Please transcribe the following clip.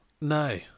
No